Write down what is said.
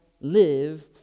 live